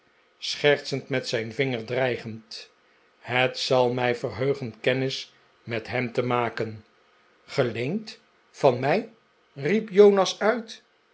schertsend met zijn vinger dreigend het zal mij verheugen kennis met hem te maken geleend van mij riep jonas uit